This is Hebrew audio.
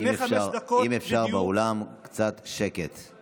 לפני חמש דקות בדיוק --- אם אפשר קצת שקט באולם.